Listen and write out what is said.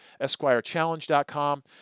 EsquireChallenge.com